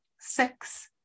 six